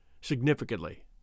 significantly